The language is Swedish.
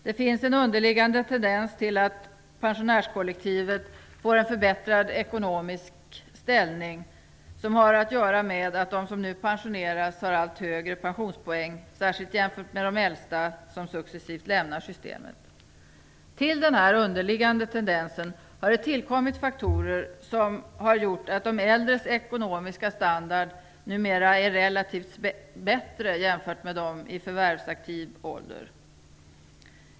Det finns en underliggande tendens till att pensionärskollektivet får en förbättrad ekonomisk ställning som har att göra med att de som nu pensioneras har allt högre pensionspoäng, särskilt jämfört med de äldsta som successivt lämnar systemet. Ovanpå denna underliggande tendens har det tillkommit faktorer som har medfört att de äldres ekonomiska situation numera är relativt bättre jämfört med dem i förvärvsaktiv ålder.